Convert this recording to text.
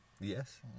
Yes